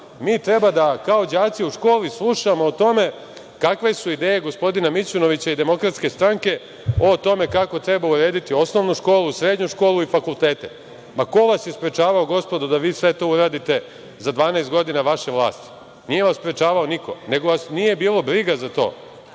mi treba da kao đaci u školi slušamo o tome kakve su ideje gospodina Mićunovića i DS-a o tome kako treba urediti osnovnu školu, srednju školu i fakultete. Ko vas je sprečavao gospodo da vi sve to uradite za 12 godina vaše vlasti? Nije vas sprečavao niko, nego vas nije bilo briga za to.